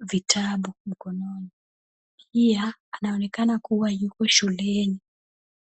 vitabu mkononi. Pia anaonekana kuwa yuko shuleni.